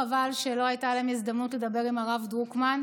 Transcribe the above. חבל שלא הייתה להם הזדמנות לדבר עם הרב דרוקמן,